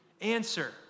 answer